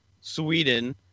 Sweden